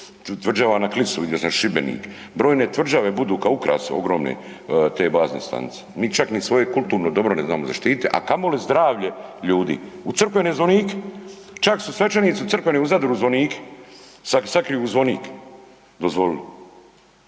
Tvrđava na Klisu, Šibenik, brojne tvrđave budu kao ukras ogromne te bazne stanice. Mi čak ni svoje kulturno dobro ne znamo zaštititi, a kamoli zdravlje ljudi. U crkvene zvonike, čak su svećenici u crkvene zvonike, sakriju zvonik dozvolili.